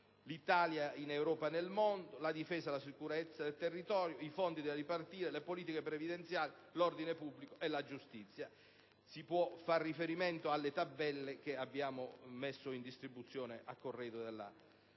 l'Italia in Europa e nel mondo, la difesa e la sicurezza del territorio, i fondi da ripartire, le politiche previdenziali, l'ordine pubblico e la giustizia. Si può far riferimento alle tabelle che abbiamo messo in distribuzione a corredo della